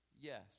yes